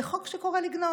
זה חוק שקורא לגנוב.